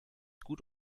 gut